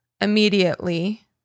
immediately